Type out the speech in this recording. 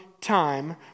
time